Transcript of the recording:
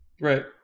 Right